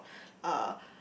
uh